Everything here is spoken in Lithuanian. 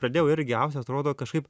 pradėjau irgi aust atrodo kažkaip